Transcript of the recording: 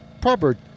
proper